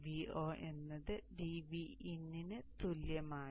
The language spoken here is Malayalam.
Vo എന്നത് dVin ന് തുല്യമാണ്